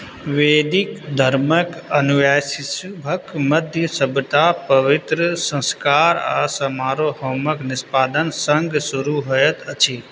वैदिक धर्मक अनुयायी सभक मध्य सभटा पवित्र सन्स्कार आ समारोह होमक निष्पादन सङ्ग शुरू होइत अछि